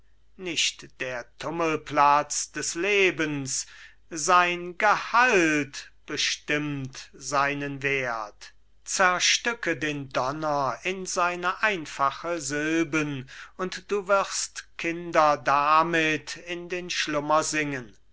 nicht der tummelplatz des lebens sein gehalt bestimmt seinen wert zerstücke den donner in seine einfache silben und du wirst kinder damit in den schlummer singen